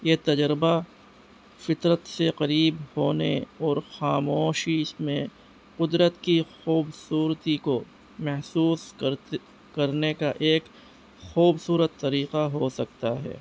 یہ تجربہ فطرت سے قریب ہونے اور خاموشی میں قدرت کی خوبصورتی کو محسوس کرتے کرنے کا ایک خوبصورت طریقہ ہو سکتا ہے